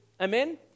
amen